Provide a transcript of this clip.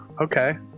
Okay